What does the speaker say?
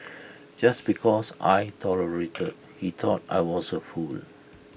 just because I tolerated he thought I was A fool